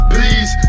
Please